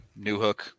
Newhook